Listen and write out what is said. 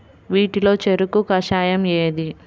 వీటిలో చెరకు కషాయం ఏది?